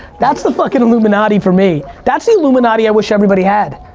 that's the fuckin' illuminati for me. that's the illuminati i wish everybody had.